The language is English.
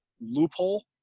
loophole